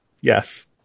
Yes